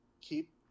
keep